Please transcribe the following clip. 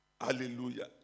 Hallelujah